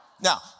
now